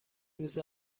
روز